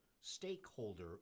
stakeholder